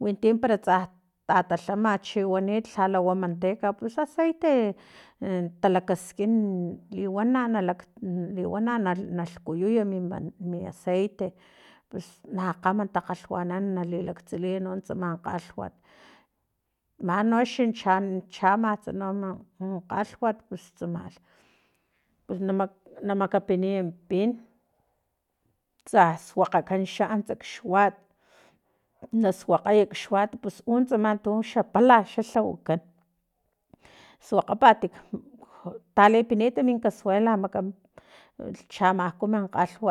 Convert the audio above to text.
winti para tsa tatalhama chiwani lhala wa manteca pus aceite talakaskin liwana na liwana na lhkuyuyu mi ma mi aceite pus nakgama takgalhwanan nalilaktsiliy no tsama kgalhwat manoxa cha chamatsa no kgalhwat tsama pus nama namakapiniy pin tsa suakgakan xa ants kxuat nasuakgaya kxuat pus utsama xa tu xapala lhawakan suakgapat talipinit min casuela chamaku min kgalhwat